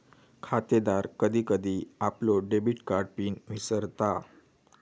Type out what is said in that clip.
खातेदार कधी कधी आपलो डेबिट कार्ड पिन विसरता